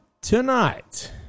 Tonight